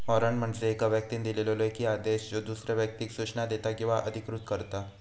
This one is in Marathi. वॉरंट म्हणजे येका व्यक्तीन दिलेलो लेखी आदेश ज्यो दुसऱ्या व्यक्तीक सूचना देता किंवा अधिकृत करता